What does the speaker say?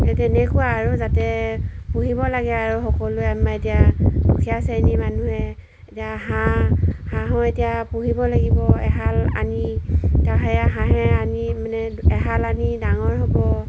এই তেনেকুৱা আৰু যাতে পুহিব লাগে আৰু সকলোৱে আমাৰ এতিয়া দুখীয়া শ্ৰেণীৰ মানুহে এতিয়া হাঁহ হাঁহো এতিয়া পুহিব লাগিব এহাল আনি তেওঁ সেয়া হাঁহে আনি মানে এহাল আনি ডাঙৰ হ'ব